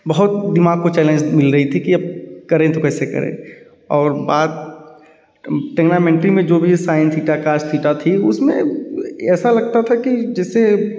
बहुत दिमाग को चैलेंज मिल रही थी कि अब करें तो कैसे करें और बात टेग्नामेंट्री में जो भी साइन थीटा कॉस थीटा थी उसमें ऐसा लगता था कि जैसे